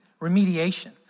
remediation